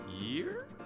year